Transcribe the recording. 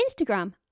Instagram